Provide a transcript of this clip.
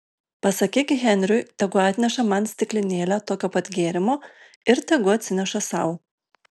pasakyk henriui tegu atneša man stiklinėlę tokio pat gėrimo ir tegu atsineša sau